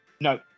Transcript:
No